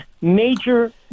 major